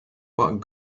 what